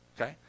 okay